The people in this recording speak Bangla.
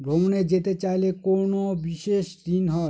ভ্রমণে যেতে চাইলে কোনো বিশেষ ঋণ হয়?